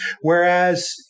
Whereas